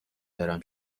برم